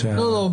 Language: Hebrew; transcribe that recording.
לא, לא.